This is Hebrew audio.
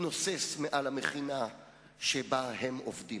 מתנוסס מעל המכינה שבה הם עובדים.